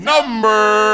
Number